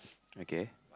okay